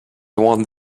want